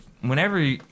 Whenever